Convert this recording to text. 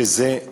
שכל